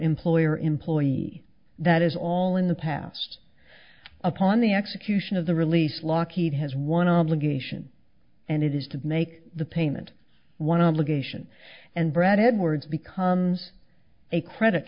employer employee that is all in the past upon the execution of the release lockheed has one obligation and it is to make the payment one obligation and brad edwards becomes a credit